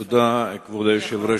תודה, כבוד היושב-ראש.